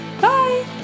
bye